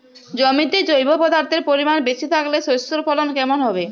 জমিতে জৈব পদার্থের পরিমাণ বেশি থাকলে শস্যর ফলন কেমন হবে?